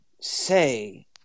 say